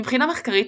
מבחינה מחקרית,